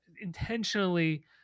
intentionally